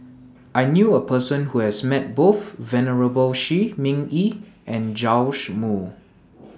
I knew A Person Who has Met Both Venerable Shi Ming Yi and Joash Moo